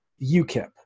ukip